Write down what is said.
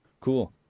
cool